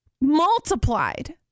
multiplied